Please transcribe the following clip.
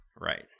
Right